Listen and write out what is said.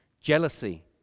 jealousy